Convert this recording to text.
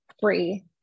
free